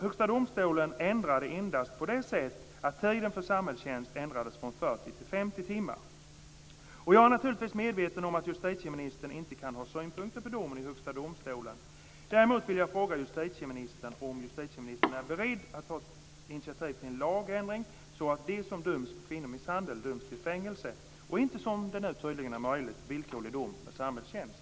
Högsta domstolen ändrade endast på det sättet att tiden för samhällstjänst ändrades från 40 till 50 timmar. Jag är naturligtvis medveten om att justitieministern inte kan ha synpunkter på domen i Högsta domstolen. Men jag vill fråga justitieministern om hon är beredd att ta initiativ till en lagändring så att de som döms för kvinnomisshandel döms till fängelse och inte, som nu tydligen är möjligt, till villkorlig dom med samhällstjänst.